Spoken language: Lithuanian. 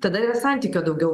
tada yra santykio daugiau